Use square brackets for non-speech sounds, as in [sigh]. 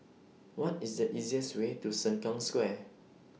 [noise] What IS The easiest Way to Sengkang Square